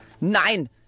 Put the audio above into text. Nein